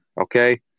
Okay